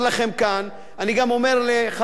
אני גם אומר לחברי מערוץ-2,